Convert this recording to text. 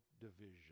division